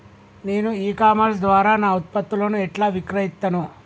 నేను ecommerce ద్వారా నా ఉత్పత్తులను ఎట్లా విక్రయిత్తను?